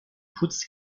putz